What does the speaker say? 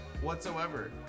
whatsoever